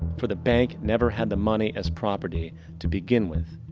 for the bank never had the money as property to begin with.